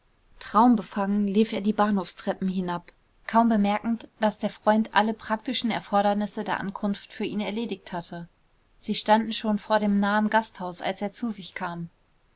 traumbefangen lief er die bahnhofstreppen hinab kaum bemerkend daß der freund alle praktischen erfordernisse der ankunft für ihn erledigt hatte sie standen schon vor dem nahen gasthaus als er zu sich kam